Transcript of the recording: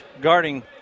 guarding